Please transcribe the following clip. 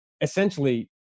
essentially